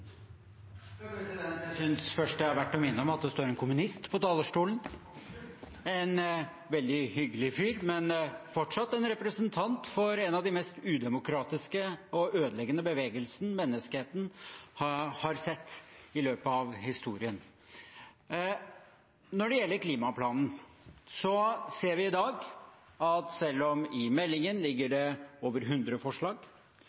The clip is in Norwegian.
verdt å minne om at det står en kommunist på talerstolen, en veldig hyggelig fyr, men fortsatt en representant for en av de mest udemokratiske og ødeleggende bevegelsene menneskeheten har sett i løpet av historien. Når det gjelder klimaplanen, ser vi i dag at selv om det i meldingen ligger over 100 forslag,